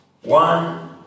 one